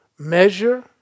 Measure